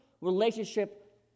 relationship